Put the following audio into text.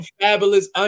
fabulous